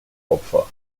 opfer